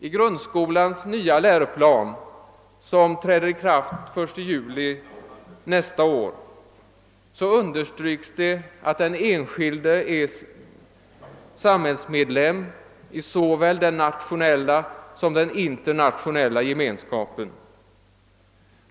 I grundskolans nya läroplan, som träder i kraft den 1 juli nästa år, understryks det att den enskilde är samhällsmedlem i såväl den nationella som den internationella gemenskapen.